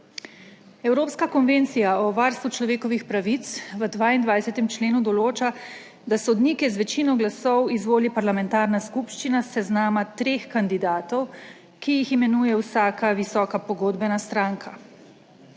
Evropska konvencija o varstvu človekovih pravic v 22. členu določa, da sodnike z večino glasov izvoli parlamentarna skupščina s seznama treh kandidatov, ki jih imenuje vsaka visoka pogodbena stranka.